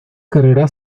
carrera